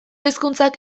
hizkuntzak